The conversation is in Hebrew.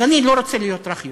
אז אני לא רוצה להיות רך יותר.